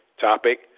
topic